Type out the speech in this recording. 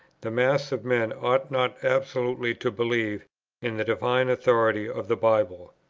the mass of men ought not absolutely to believe in the divine authority of the bible.